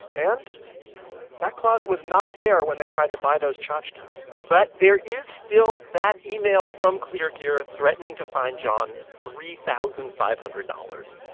and that clause was not there when they tried to buy those tchotchkes but there is still that email from kleargear threatening to fine john three thousand five hundred dollars,